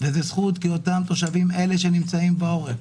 של אותם תושבים שנמצאים בעורף,